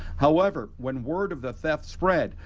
however, when word of the theft spread,